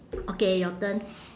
okay your turn